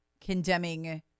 Condemning